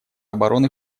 обороны